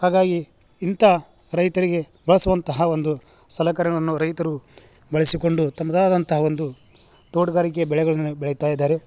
ಹಾಗಾಗಿ ಇಂಥ ರೈತರಿಗೆ ಬಳಸುವಂತಹ ಒಂದು ಸಲಕರಣೆಗಳನ್ನು ರೈತರು ಬಳಸಿಕೊಂಡು ತಮ್ಮದಾದಂಥ ಒಂದು ತೋಟಗಾರಿಕೆಯ ಬೆಳೆಗಳನ್ನು ಬೆಳೀತಾ ಇದ್ದಾರೆ